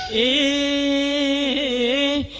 a